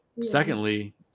Secondly